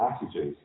passages